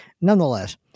Nonetheless